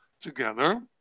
together